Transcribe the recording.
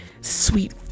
sweet